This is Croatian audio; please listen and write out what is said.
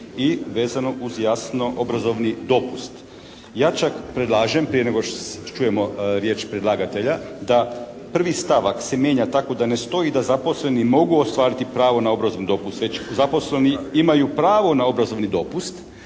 i vezano uz jasno obrazovni dopust. Ja čak predlažem prije nego čujemo riječ predlagatelja da prvi stavak se mijenja tako da ne stoji da zaposleni mogu ostvariti pravo na obrazovni dopust, već zaposleni imaju pravo na obrazovni dopust.